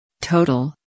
Total